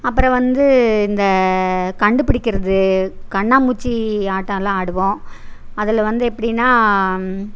அப்புறம் வந்து இந்த கண்டுபிடிக்கிறது கண்ணாமூச்சி ஆட்டம் எல்லாம் ஆடுவோம் அதில் வந்து எப்படின்னா